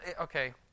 Okay